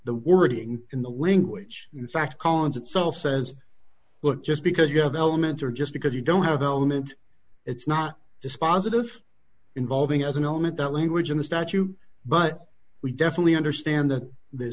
the wording in the language in fact collins itself says but just because you have elements or just because you don't have elements it's not dispositive involving as an element that language in the statute but we definitely understand that th